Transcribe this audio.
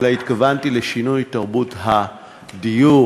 אלא התכוונתי לשינוי תרבות הדיור.